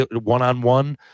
one-on-one